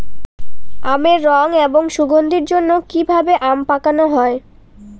আমের রং এবং সুগন্ধির জন্য কি ভাবে আম পাকানো হয়?